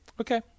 Okay